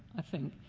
i think,